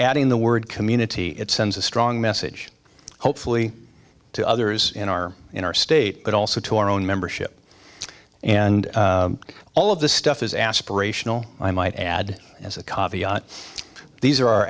adding the word community it sends a strong message hopefully to others in our in our state but also to our own membership and all of this stuff is aspirational i might add as a cause these are our